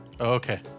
okay